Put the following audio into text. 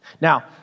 Now